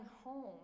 home